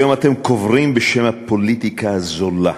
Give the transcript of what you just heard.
היום אתם קוברים, בשם הפוליטיקה הזולה,